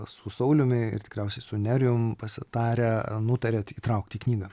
su sauliumi ir tikriausiai su nerijum pasitarę nutarėt įtraukt į knygą